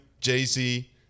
Jay-Z